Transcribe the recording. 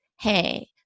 Hey